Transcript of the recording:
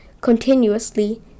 continuously